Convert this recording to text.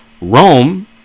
Rome